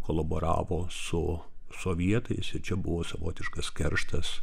kolaboravo su sovietais ir čia buvo savotiškas kerštas